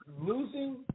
losing